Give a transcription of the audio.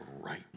right